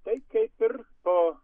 taip kaip ir po